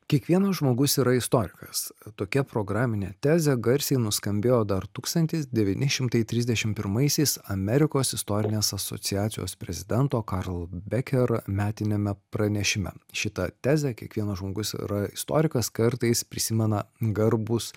kiekvienas žmogus yra istorikas tokia programinė tezė garsiai nuskambėjo dar tūkstantis devyni šimtai trisdešimt pirmaisiais amerikos istorinės asociacijos prezidento karl beker metiniame pranešime šitą tezę kiekvienas žmogus yra istorikas kartais prisimena garbūs